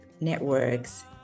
networks